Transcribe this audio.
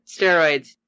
steroids